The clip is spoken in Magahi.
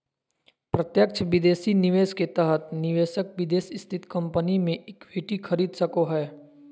प्रत्यक्ष विदेशी निवेश के तहत निवेशक विदेश स्थित कम्पनी मे इक्विटी खरीद सको हय